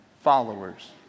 followers